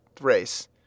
race